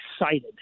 excited